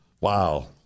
Wow